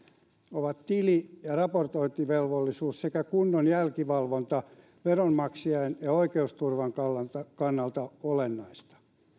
ovat tili ja raportointivelvollisuus sekä kunnon jälkivalvonta veronmaksajien oikeusturvan kannalta kannalta olennaisia